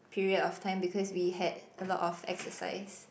period of time because we had a lot of exercise